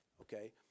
Okay